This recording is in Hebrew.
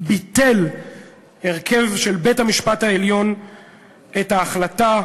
ביטל הרכב של בית-המשפט העליון את ההחלטה,